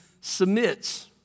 submits